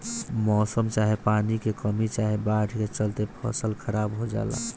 मौसम चाहे पानी के कमी चाहे बाढ़ के चलते फसल खराब हो जला